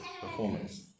performance